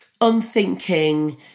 unthinking